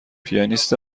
پیانیست